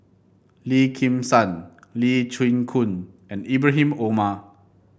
Lim Kim San Lee Chin Koon and Ibrahim Omar